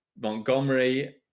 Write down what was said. Montgomery